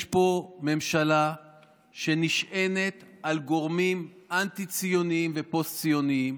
יש פה ממשלה שנשענת על גורמים אנטי-ציוניים ופוסט-ציוניים